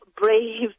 brave